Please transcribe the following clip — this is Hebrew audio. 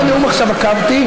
בכל הנאום עכשיו עקבתי,